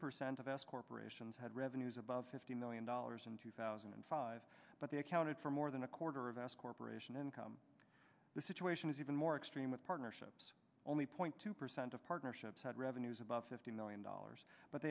percent of s corporations had revenues above fifty million dollars in two thousand and five but they accounted for more than a quarter of s corp income the situation is even more extreme with partnerships only point two percent of partnerships had revenues about fifty million dollars but